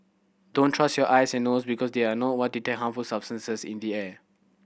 don't trust your eyes and nose because they are not what detect harmful substances in the air